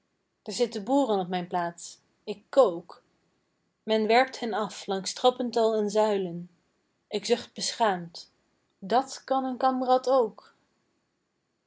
daar zitten boeren op mijn plaats ik kook men werpt hen af langs trappental en zuilen ik zucht beschaamd dàt kan een kamrad ook